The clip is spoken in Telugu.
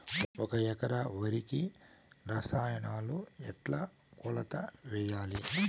ఒక ఎకరా వరికి రసాయనాలు ఎట్లా కొలత వేయాలి?